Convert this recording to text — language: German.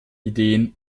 ideen